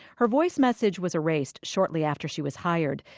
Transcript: her voice message was erased shortly after she was hired,